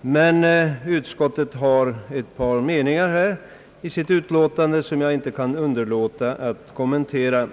Det är emellertid ett par meningar i utskottets utlåtande som jag inte kan underlåta att något kommentera.